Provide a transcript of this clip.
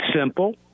simple